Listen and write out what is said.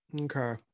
okay